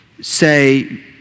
say